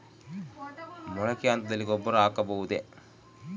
ಮೊಳಕೆ ಹಂತದಲ್ಲಿ ಗೊಬ್ಬರ ಹಾಕಬಹುದೇ?